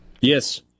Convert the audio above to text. Yes